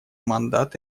мандат